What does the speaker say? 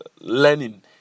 learning